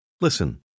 Listen